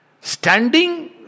Standing